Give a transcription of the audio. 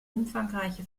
umfangreiche